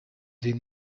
sie